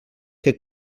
que